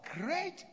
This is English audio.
great